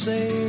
Say